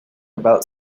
about